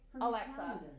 Alexa